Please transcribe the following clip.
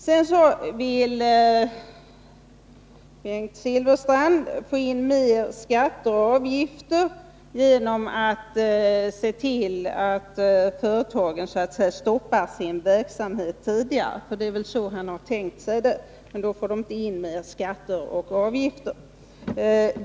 Bengt Silfverstrand vill få in mer skatter och avgifter genom att se till att företagen så att säga stoppar sin verksamhet tidigare, för det är väl så han tänkt sig att det skall gå till. Men då får man ju inte in mer skatter och avgifter.